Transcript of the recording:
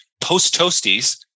post-toasties